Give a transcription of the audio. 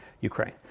Ukraine